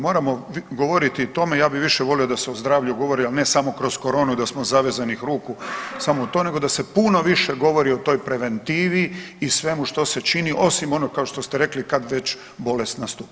Moramo govoriti i o tome, ja bi više volio da se o zdravlju govori al ne samo kroz koronu i da smo zavezanih ruku, samo to, nego da se puno više govori o toj preventivi i svemu što se čini osim ono što ste rekli kad već bolest nastupi.